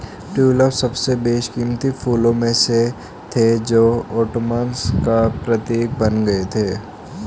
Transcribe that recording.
tulip सबसे बेशकीमती फूलों में से थे जो ओटोमन्स का प्रतीक बन गए थे